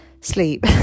sleep